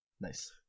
Nice